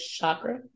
chakra